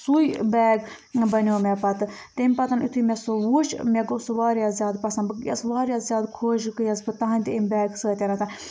سُے بیگ بَنیو مےٚ پَتہٕ تَمہِ پَتن یُتھُے مےٚ سُہ وُچھ مےٚ گوٚو سُہ واریاہ زیادٕ پَسٛنٛد بہٕ گٔیَس واریاہ زیادٕ خۄش گٔیَس بہٕ تَٔہٕنٛدِ اَمہِ بیگہٕ سۭتٮ۪ن